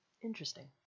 Interesting